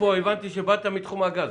הכדור שלג התחיל להתגלגל לפני שנתיים.